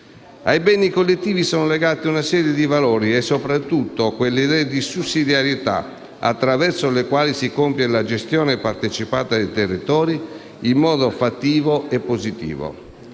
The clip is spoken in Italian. Ai beni collettivi è legata una serie di valori e soprattutto quell'idea di sussidiarietà attraverso la quale si compie la gestione partecipata dei territori in modo fattivo e positivo.